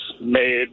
made